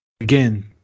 again